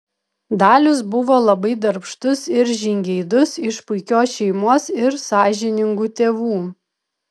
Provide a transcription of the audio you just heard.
dalius buvo labai darbštus ir žingeidus iš puikios šeimos ir sąžiningų tėvų